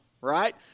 right